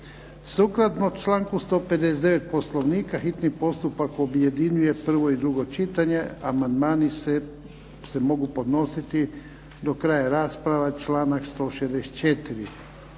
Sukladno članku 159. Poslovnika hitni postupak objedinjuje prvo i drugo čitanje. Amandmani se mogu podnositi do kraja rasprave, članak 164.